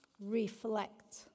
reflect